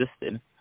existed